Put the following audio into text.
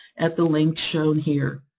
at the link shown here.